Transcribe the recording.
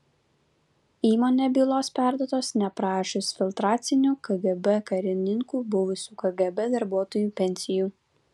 įmonė bylos perduotos neaprašius filtracinių kgb karininkų buvusių kgb darbuotojų pensijų